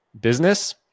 business